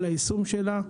על היישום שלה,